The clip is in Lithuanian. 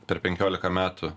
per penkiolika metų